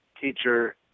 teacher